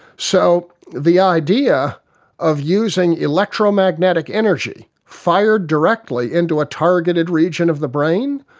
so the idea of using electromagnetic energy fired directly into a targeted region of the brain,